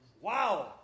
Wow